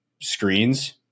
screens